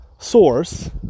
Source